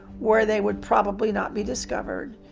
where they would probably not be discovered,